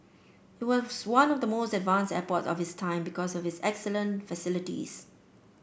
it was one of the most advanced airports of its time because of its excellent facilities